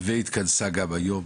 והתכנסה גם היום.